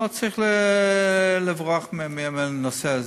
לא צריך לברוח מהנושא הזה.